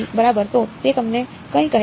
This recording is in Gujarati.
બરાબર તો તે તમને કંઈ કહે છે